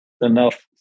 enough